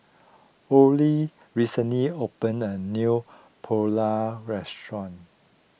Ole recently opened a new Pulao Restaurant